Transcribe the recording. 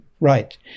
Right